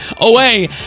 away